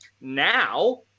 Now